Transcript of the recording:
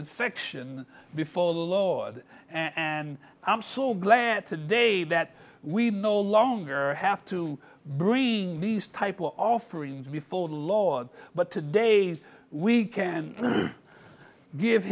infection before the lord and i'm so glad today that we no longer have to bring these type of offerings before the lord but today we can give